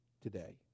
today